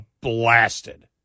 blasted